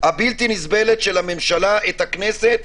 הבלתי נסבלת של הממשלה את הכנסת,